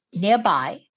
nearby